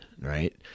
right